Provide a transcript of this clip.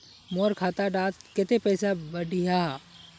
मोर खाता डात कत्ते पैसा बढ़ियाहा?